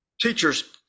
teachers